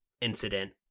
incident